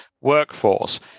workforce